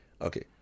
Okay